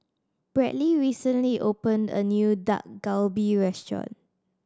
Bradly recently opened a new Dak Galbi Restaurant